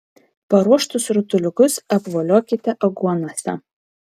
paruoštus rutuliukus apvoliokite aguonose